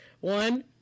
One